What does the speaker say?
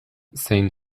zein